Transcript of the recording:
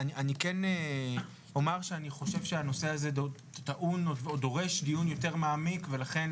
כן אומר שהנושא הזה טעון או דורש דיון יותר מעמיק ולכן